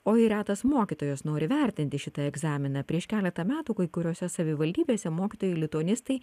o ir retas mokytojas nori vertinti šitą egzaminą prieš keletą metų kai kuriose savivaldybėse mokytojai lituanistai